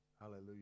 Hallelujah